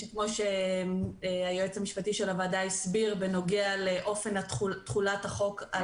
שכמו שהיועץ המשפטי של הוועדה הסביר בנוגע לאופן תחולת החוק,